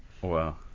Wow